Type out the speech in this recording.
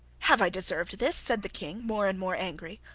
have i deserved this? said the king, more and more, angry,